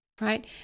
right